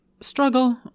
struggle